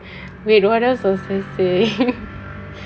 wait what else should I say